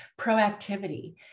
proactivity